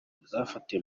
zafatiwe